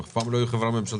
הם אף פעם לא היו חברה ממשלתית.